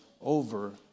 over